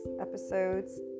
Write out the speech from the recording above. Episodes